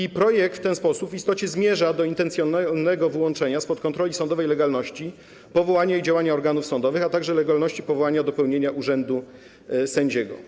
I projekt w ten sposób w istocie zmierza do intencjonalnego wyłączenia spod kontroli sądowej legalności powołania i działania organów sądowych, a także legalności powołania do pełnienia urzędu sędziego.